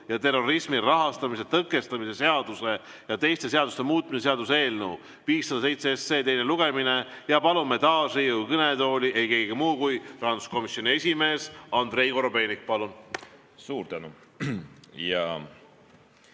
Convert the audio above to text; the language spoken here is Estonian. ja terrorismi rahastamise tõkestamise seaduse ja teiste seaduste muutmise seaduse eelnõu 507 teine lugemine. Palume taas Riigikogu kõnetooli ei kellegi muu kui rahanduskomisjoni esimehe Andrei Korobeiniku. Suur tänu!